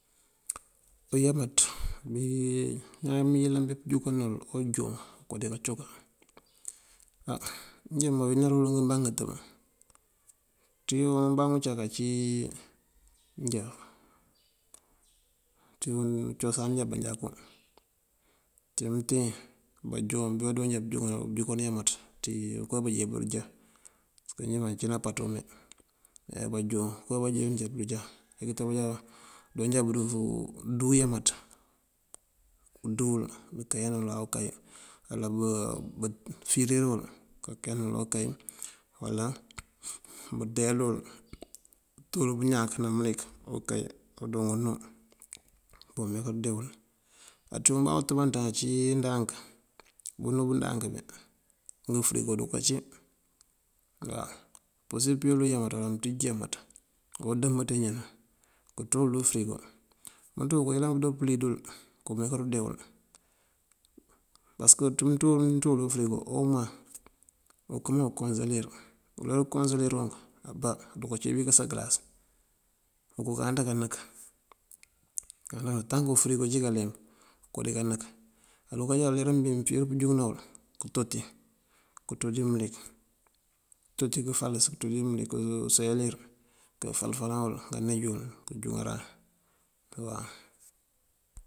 Á uyámaţ bí ñaan yëlan bí kajúkan wël kadujúŋ te wuko dikacoká á njí mawín dul ngëbaŋ ngëtëb. Ţí ubaŋ bëcak ací njá ţí cosan njá manjakú. Ţí mëteen bajon bí bajoonje bëjúkan uyámaţ ţí unko buje budujá pasëk njí mancí nampaţ umee. Me banjon unko buje budujá ndekete bujá budúu uyámaţ, budúu wul bukáyan wul awukáy wala bëfirir wël këkáyan wul awukáy wala bandeela wul këtul pëñáak ná mëlik unkáy ngëdoo ngënú këpurir pëndee wul. Á ţí ubaŋ pëtëbanţan ací ndank bënú bëndank bí ngëfurigo uduka cí waw. Mëmpursir kawel uyámaţ awuloŋ ucí awudëmb ţí iñanu këţú wul dí furigo umënţ wun apurir përo pëlí dul kërunko dee wul. Pasëk bëţú bí mënţú wël dí furigo ën muwa okëmee këkogëlir, uler wí mukogëlirunk abá aruka cí wíiţësa ngëlas, bukun kanţa kanëk. Tanka ufurigo cí kaleemp ukoo dika nëk. Uruka já uler bí mëfíir wí kajúŋëna wël këtoti kënţú dí mëlik, këtoti kafalës kënţú dí mëlik useyalir, këfal falan wël kanij wësl kajúŋaran waw.